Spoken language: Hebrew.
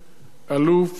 אלוף ומחנך.